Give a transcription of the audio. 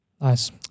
Nice